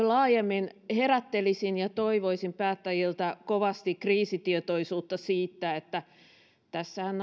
laajemmin herättelisin ja toivoisin päättäjiltä kovasti kriisitietoisuutta siitä että tässähän